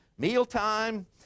Mealtime